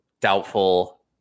Doubtful